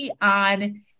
on